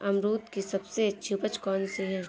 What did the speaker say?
अमरूद की सबसे अच्छी उपज कौन सी है?